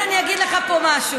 ולכן, אני אגיד לך פה משהו.